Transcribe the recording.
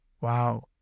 Wow